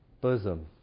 bosom